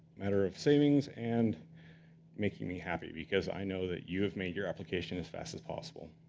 matter of savings and making me happy, because i know that you have made your application as fast as possible.